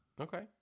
Okay